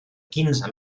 quinze